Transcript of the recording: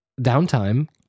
downtime